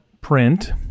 print